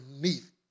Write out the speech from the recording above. beneath